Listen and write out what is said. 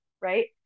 right